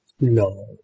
No